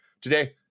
today